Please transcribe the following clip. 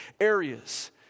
areas